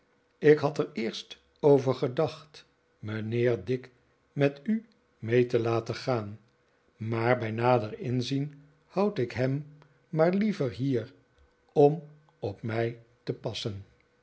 ik had er eerst over gedacht mijnheer dick met u mee te laten gaan maar bij nader inzien houd ik hem maar liever hier om op mij te passen